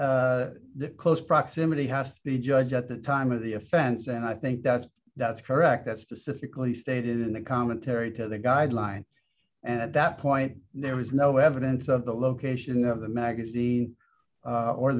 that the close proximity has the judge at the time of the offense and i think that's that's correct that's specifically stated in the commentary to the guideline and at that point there was no evidence of the location of the magazine or